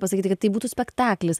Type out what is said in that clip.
pasakyti kad tai būtų spektaklis